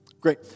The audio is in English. Great